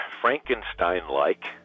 Frankenstein-like